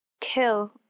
kill